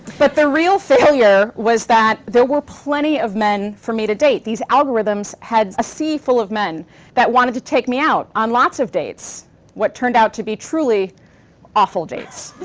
but the real failure was that there were plenty of men for me to date. these algorithms had a sea full of men that wanted to take me out on lots of dates what turned out to be truly awful dates.